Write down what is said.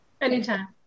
Anytime